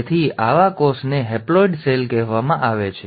તેથી આવા કોષને હેપ્લોઈડ સેલ કહેવામાં આવે છે